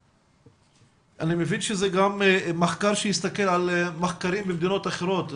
אני מבין שזה גם מחקר שהסתכל על מחקרים במדינות אחרות,